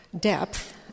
depth